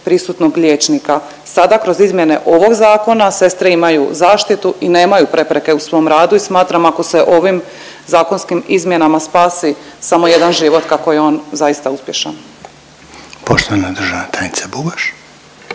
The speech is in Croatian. prisutnog liječnika. Sada kroz izmjene ovog zakona sestre imaju zaštitu i nemaju prepreka u svom radu i smatram ako se ovim zakonskim izmjenama spasi samo jedan život kako je on zaista uspješan. **Reiner, Željko